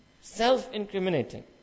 Self-incriminating